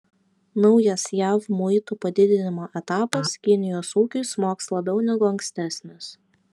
naujas jav muitų padidinimo etapas kinijos ūkiui smogs labiau negu ankstesnis